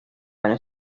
año